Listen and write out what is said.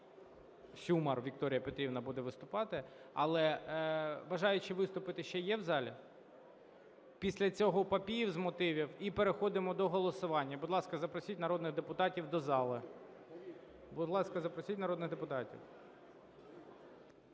Сюмар Вікторія Петрівна буде виступати. Але бажаючі виступити ще є в залі? Після цього Папієв з мотивів, і переходимо до голосування. Будь ласка, запросіть народних депутатів до зали. Будь ласка, запросіть народних депутатів.